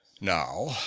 Now